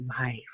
life